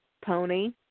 Pony